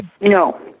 No